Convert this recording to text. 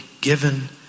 given